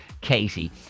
Katie